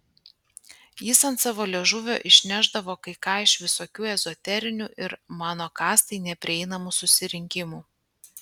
jis ant savo liežuvio išnešdavo kai ką iš visokių ezoterinių ir mano kastai neprieinamų susirinkimų